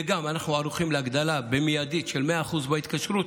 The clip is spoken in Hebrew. וגם אנחנו ערוכים להגדלה מיידית של 100% בהתקשרות,